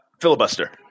filibuster